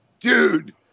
Dude